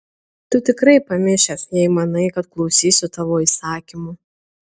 tu tikrai pamišęs jei manai kad klausysiu tavo įsakymų